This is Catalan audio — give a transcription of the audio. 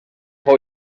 fou